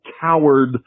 coward